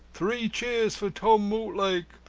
three cheers for tom mortlake!